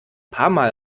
paarmal